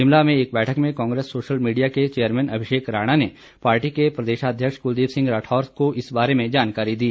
शिमला में एक बैठक में कांग्रेस सोशल मीडिया के चेयरमैन अभिषेक राणा ने पार्टी के प्रदेशाध्यक्ष कुलदीप सिंह राठौर को इस बारे में जानकारी दी